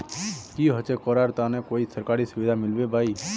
की होचे करार तने कोई सरकारी सुविधा मिलबे बाई?